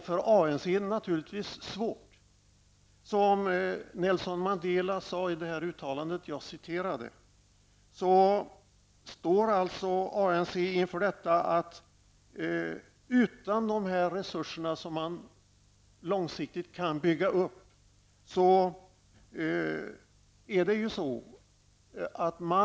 För ANC är det naturligtvis svårt. Som Nelson Mandela sade i det uttalande som jag citerade så måste ANC ta ett ansvar utan de resurser som man långsiktigt vill bygga upp.